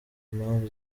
impamvu